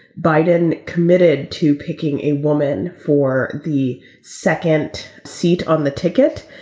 biden committed to picking a woman for the second seat on the ticket.